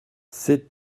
c’est